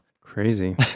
Crazy